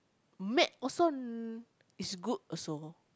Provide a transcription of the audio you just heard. matte also is good also